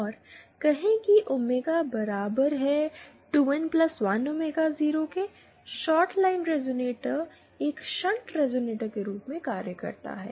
और कहें के ओमेगा बराबर है 2 एन 1 ओमेगा 0 2 N 1 omega 0 के शॉर्ट लाइन रेज़ोनेटर एक शंट रेज़ोनेटर के रूप में कार्य करता है